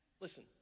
listen